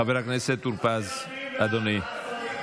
חבר הכנסת טור פז, אדוני.